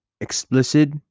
explicit